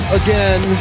again